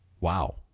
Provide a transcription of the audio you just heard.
Wow